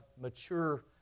mature